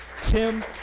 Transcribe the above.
Tim